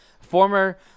Former